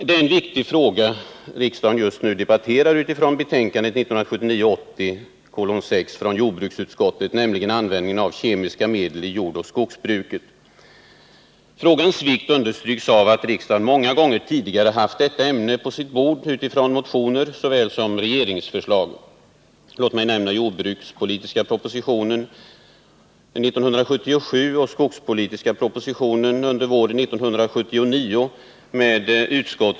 Det är en viktig fråga som riksdagen just nu debatterar utifrån jordbruksutskottets betänkande 1979/80:6, nämligen användningen av kemiska medel i jordoch skogsbruket. Frågans vikt understryks av att riksdagen många gånger tidigare har haft detta ämne på sitt bord utifrån såväl motioner som regeringsförslag. Låt mig nämna den jordbrukspolitiska propositionen 1977 och den skogspolitiska propositionen våren 1979.